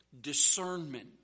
discernment